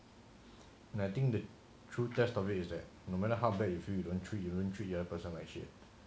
I think the true test of it is that no matter how bad you feel you don't treat you don't treat the other person like shit